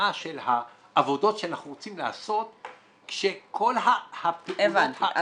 העבודות שאנחנו רוצים לעשות כשכל הפעולות --- הבנתי,